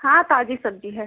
हाँ ताज़ी सब्ज़ी है